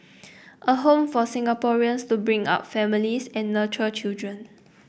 a home for Singaporeans to bring up families and nurture children